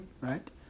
Right